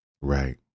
Right